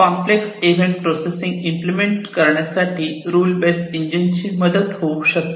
complex event processing implement करण्यासाठी साठी rule base इंजिनची मदत होऊ शकते